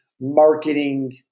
marketing